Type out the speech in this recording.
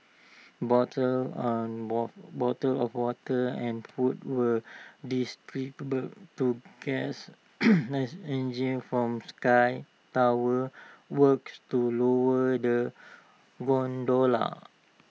bottles on water of water and food were to guests as engineers from sky tower worked to lower the gondola